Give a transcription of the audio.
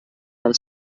del